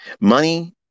Money